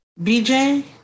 BJ